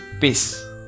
peace